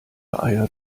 eier